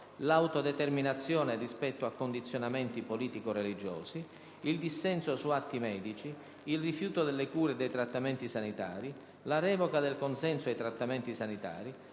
l'autodeterminazione rispetto a condizionamenti politico-religiosi, il dissenso su atti medici, il rifiuto delle cure e dei trattamenti sanitari, la revoca del consenso ai trattamenti sanitari,